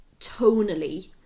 tonally